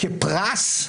סמכות כפרס,